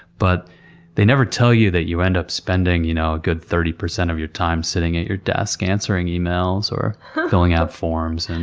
but they never tell you that you end up spending a you know good thirty percent of your time sitting at your desk answering emails or filling out forms. and